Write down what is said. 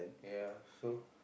ya so